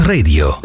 Radio